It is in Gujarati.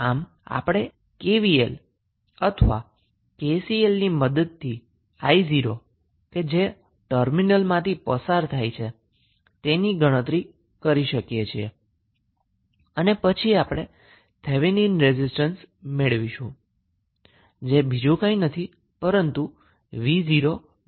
આમ આપણે KVL અથવા KCL ની મદદથી i0 જે ટર્મિનલમાંથી પસાર થાય છે તેની ગણતરી કરી શકીએ છીએ અને પછી આપણે થેવેનિન રેઝિસ્ટન્સની વેલ્યુ મેળવીશું જે બીજું કંઈ નથી પરંતુ 𝑣0 i0 છે